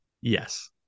Yes